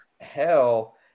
hell